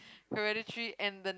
Hereditary and the